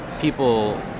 people